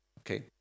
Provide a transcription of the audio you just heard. Okay